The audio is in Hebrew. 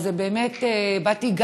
אז באמת באתי,